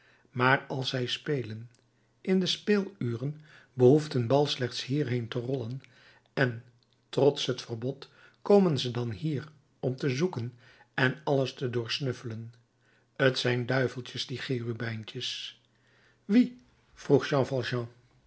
maar als zij spelen in de speeluren behoeft een bal slechts hierheen te rollen en trots het verbod komen ze dan hier om te zoeken en alles te doorsnuffelen t zijn duiveltjes die cherubijntjes wie